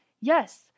Yes